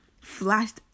flashed